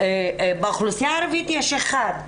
באוכלוסייה הערבית יש אחד.